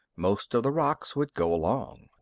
most of the rocks would go along.